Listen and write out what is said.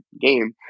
game